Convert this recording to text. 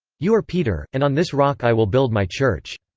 you are peter, and on this rock i will build my church.